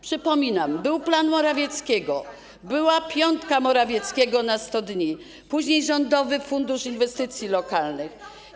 Przypominam, że był plan Morawieckiego, była piątka Morawieckiego na 100 dni, później Rządowy Fundusz Inwestycji Lokalnych.